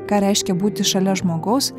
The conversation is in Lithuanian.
ką reiškia būti šalia žmogaus